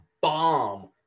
bomb